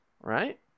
right